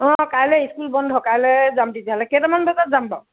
অঁ কাইলৈ স্কুল বন্ধ কাইলৈ যাম তেতিয়াহ'লে কেইটামান বজাত যাম বাৰু